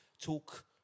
talk